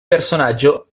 personaggio